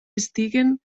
estiguen